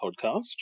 podcast